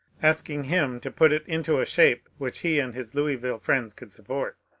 asking him to put it into a shape which he and his louisville friends could sup port.